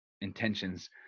intentions